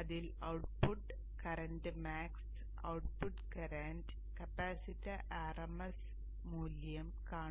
അതിൽ output current max output current capacitor RMS മൂല്യം കാണും